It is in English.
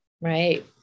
Right